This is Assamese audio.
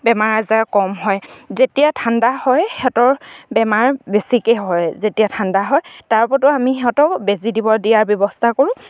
বেমাৰ আজাৰ কম হয় যেতিয়া ঠাণ্ডা হয় সিহঁতৰ বেমাৰ বেছিকে হয় যেতিয়া ঠাণ্ডা হয় তাৰ ওপৰতো আমি সিহঁতক বেজী দিব দিয়াৰ ব্যৱস্থা কৰোঁ